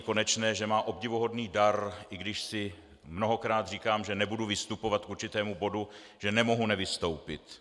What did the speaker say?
Konečné, že má obdivuhodný dar, i když si mnohokrát říkám, že nebudu vystupovat k určitému bodu, že nemohu nevystoupit.